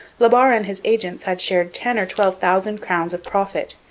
la barre and his agents had shared ten or twelve thousand crowns of profit,